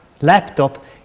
laptop